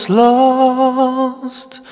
lost